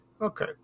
Okay